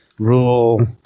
rule